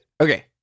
Okay